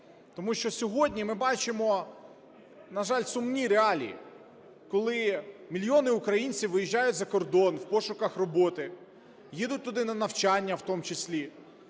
Тому що сьогодні ми бачимо, на жаль, сумні реалії, коли мільйони українців виїжджають за кордон у пошуках роботи, їдуть туди на навчання в тому числі,